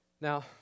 Now